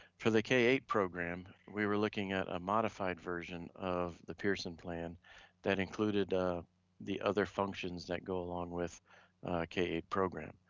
for the k eight program, we were looking at a modified version of the pearson plan that included ah the other functions that go along with k eight program.